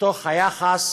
מתוך היחס